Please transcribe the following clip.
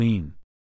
Clean